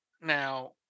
Now